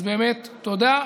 אז באמת, תודה.